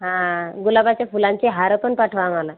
हा गुलाबाच्या फुलांचे हार पण पाठवा आम्हाला